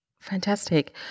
fantastic